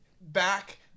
back